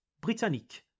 Britannique